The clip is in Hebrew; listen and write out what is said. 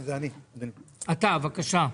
בבקשה.